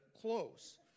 close